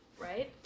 right